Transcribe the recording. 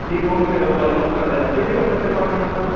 ਇਹ ਕੌਣ ਫਿਰ ਅਪਲਾਈ ਕੌਣ ਕਰਦਾ ਐੱਚਓਡੀ ਕਰਦਾ ਡਿਪਾਰਟਮੈਂਟ ਦਾ